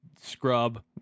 scrub